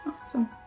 awesome